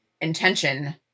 intention